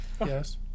yes